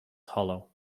hollow